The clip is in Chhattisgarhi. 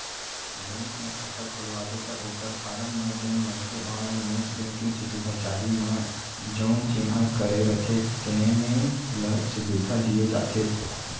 बेंक म खाता खोलवाबे त ओकर फारम म जेन मनसे ऑनलाईन नेट बेंकिंग सुबिधा चाही म जउन चिन्हा करे रथें तेने ल सुबिधा दिये जाथे